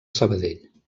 sabadell